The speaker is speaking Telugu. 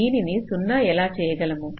దీనిని 0 ఎలా చేయగలము